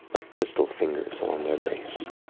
like crystal fingers along their base.